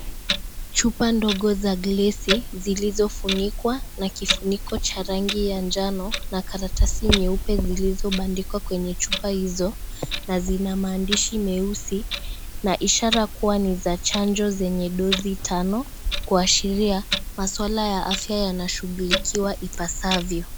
Chupa ndogo za glasi zilizofunikwa na kifuniko cha rangi ya njano, na karatasi nyeupe zilizobandika kwenye chupa hizo, na zinamaandishi meusi na ishara kuwa ni za chanjo zenye dosi tano, kuashiria maswala ya afya yanashughulikiwa ipasafyo.